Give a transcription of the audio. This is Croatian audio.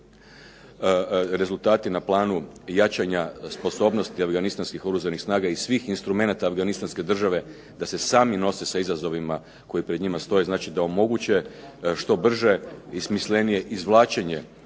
Rezultati na planu jačanja sposobnosti afganistanskih oružanih snaga i svih instrumenata Afganistanske države da se sami nose sa izazovima koji pred njima stoje. Znači da omoguće što brže i smislenije izvlačenje